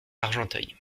argenteuil